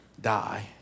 die